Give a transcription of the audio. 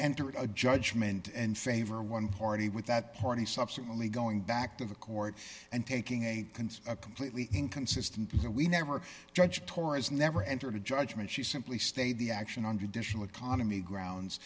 entered a judgment and favor one party with that party subsequently going back to the court and taking a can see a completely inconsistent because we never judge torres never entered a judgment she simply stayed the action on traditional economy grounds